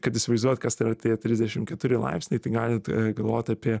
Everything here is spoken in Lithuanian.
kad įsivaizduot kas tai yra tie trisdešim keturi laipsniai tai galit galvot apie